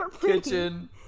kitchen